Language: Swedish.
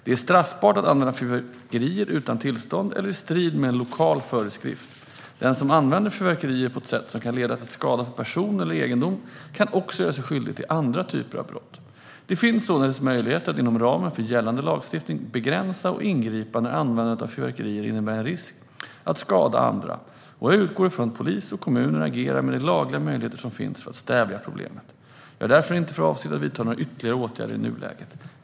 Det är straffbart att använda fyrverkerier utan tillstånd eller i strid med en lokal föreskrift. Den som använder fyrverkerier på ett sätt som kan leda till skada på person eller egendom kan också göra sig skyldig till andra typer av brott. Det finns således möjligheter att inom ramen för gällande lagstiftning begränsa och ingripa när användandet av fyrverkerier innebär en risk att skada andra, och jag utgår från att polis och kommuner agerar med de lagliga möjligheter som finns för att stävja problemet. Jag har därför inte för avsikt att vidta några ytterligare åtgärder i nuläget.